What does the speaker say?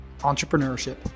entrepreneurship